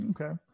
Okay